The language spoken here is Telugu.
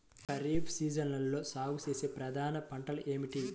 ఖరీఫ్ సీజన్లో సాగుచేసే ప్రధాన పంటలు ఏమిటీ?